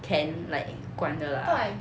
can like 管的